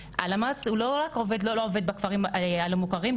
הלמ"ס הוא לא רק עובד או לא עובד בכפרים הלא מכורים,